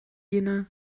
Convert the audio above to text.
jena